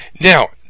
Now